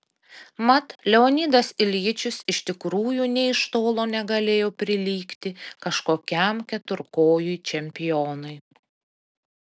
mat leonidas iljičius iš tikrųjų nė iš tolo negalėjo prilygti kažkokiam keturkojui čempionui